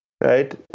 right